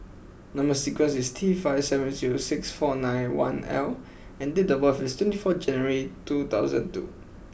number sequence is T five seven zero six four nine one L and date of birth is twenty four January two thousand two